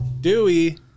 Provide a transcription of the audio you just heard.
Dewey